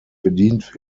bedient